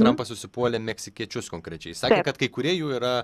trampas užsipuolė meksikiečius konkrečiai sakė kad kai kurie jų yra